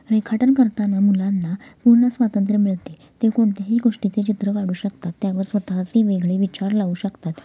रेखाटन करताना मुलांना पूर्ण स्वातंत्र्य मिळते ते कोणत्याही गोष्टीचे चित्र काढू शकतात त्यावर स्वतःही वेगळे विचार लावू शकतात